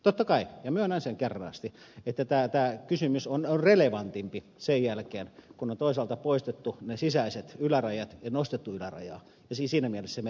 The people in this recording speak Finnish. totta kai ja myönnän sen kernaasti tämä kysymys on relevantimpi sen jälkeen kun on toisaalta poistettu ne sisäiset ylärajat ja nostettu ylärajaa ja siinä mielessä se merkitys on